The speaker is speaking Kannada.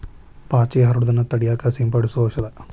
ಪಾಚಿ ಹರಡುದನ್ನ ತಡಿಯಾಕ ಸಿಂಪಡಿಸು ಔಷದ